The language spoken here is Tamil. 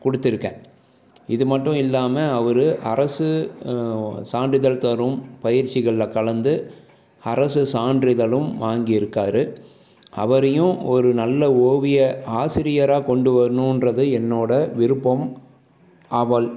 கொடுத்துருக்கேன் இதுமட்டும் இல்லாமல் அவர் அரசு சான்றிதழ் தரும் பயிற்சிகளில் கலந்து அரசு சான்றிதழும் வாங்கி இருக்காரு அவரையும் ஒரு நல்ல ஓவிய ஆசிரியராக கொண்டுவரணுன்றது என்னோடய விருப்பம் ஆவல்